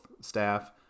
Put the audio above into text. staff